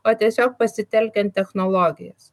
o tiesiog pasitelkiant technologijas